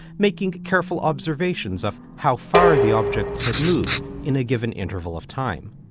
making careful observations of how far the objects had moved in a given interval of time.